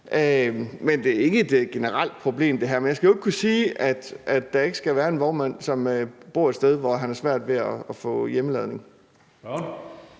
det her er ikke generelt problem. Men jeg skal jo ikke kunne sige, om der ikke kunne være en vognmand, som bor et sted, hvor han har svært ved at få hjemmeopladning.